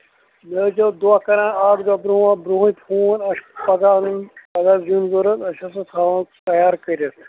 مےٚ ٲسۍزیٚو دۄہ کران اکھ دۄہ برٛونٹھ برٛوہنٕٛے فون اسہِ چھِ پگاہ اَنٕنۍ پگاہ زیُن ضروٗرت أسۍ ہسا تھاوَو تَیار کٔرِتھ